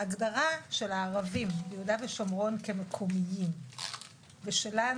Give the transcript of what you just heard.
ההגדרה של ערבים ביהודה ושומרון כמקומיים ושלנו